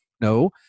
No